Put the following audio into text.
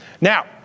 Now